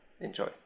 enjoy